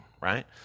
right